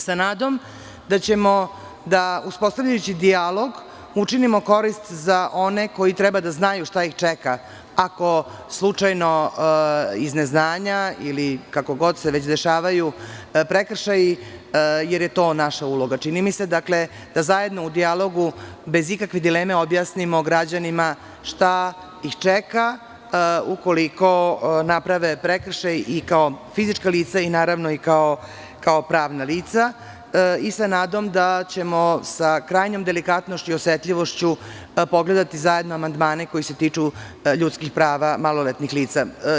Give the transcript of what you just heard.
Sa nadom da ćemo uspostavljajući dijalog da učinimo korist za one koji treba da znaju šta ih čeka ako slučajno iz neznanja ili kako god se već dešavaju prekršaji, jer je to naša uloga, da zajedno u dijalogu bez ikakve dileme objasnimo građanima šta ih čeka ukoliko naprave prekršaj i kao fizička lica i kao pravna lica i sa nadom da ćemo sa krajnjom delikatnošću i osetljivošću pogledati zajedno amandmane koji se tiču ljudskih prava maloletnih lica.